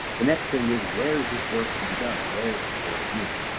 the next thing is where is this work to be done or where is this service needed.